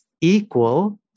equal